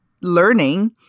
learning